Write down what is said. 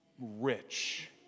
rich